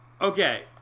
okay